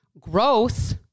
Growth